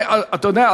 אתה יודע,